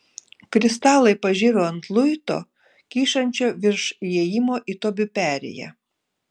kristalai pažiro ant luito kyšančio virš įėjimo į tobių perėją